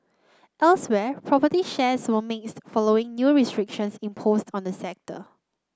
elsewhere property shares were mixed following new restrictions imposed on the sector